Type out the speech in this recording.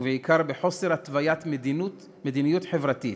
ובעיקר בחוסר התוויית מדיניות חברתית,